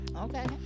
Okay